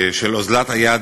של אוזלת היד